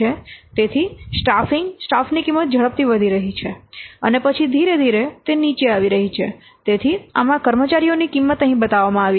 તેથી સ્ટાફિંગ સ્ટાફની કિંમત ઝડપથી વધી રહી છે અને પછી ધીરે ધીરે તે નીચે આવી રહી છે તેથી આમાં કર્મચારીઓની કિંમત અહીં બતાવવામાં આવી છે